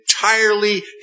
entirely